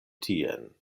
tien